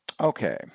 Okay